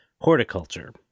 horticulture